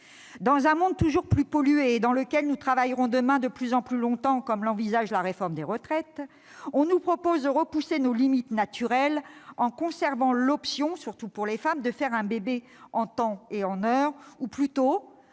Dans un monde toujours plus pollué, dans lequel nous travaillerons, demain, de plus en plus longtemps- c'est en tout cas ce qu'envisage le Gouvernement avec la réforme des retraites -, l'on nous propose de repousser nos limites naturelles en conservant l'option, surtout pour les femmes, de faire un bébé « en temps et en heure », ou plutôt